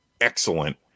excellent